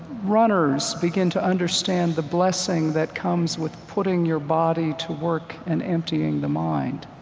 runners begin to understand the blessing that comes with putting your body to work and emptying the mind.